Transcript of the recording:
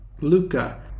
Luca